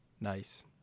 nice